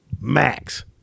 Max